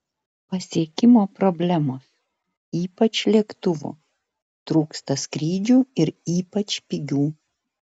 pasiekimo problemos ypač lėktuvų trūksta skrydžių ir ypač pigių